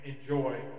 enjoy